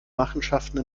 machenschaften